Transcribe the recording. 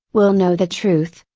will know the truth,